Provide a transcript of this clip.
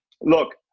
Look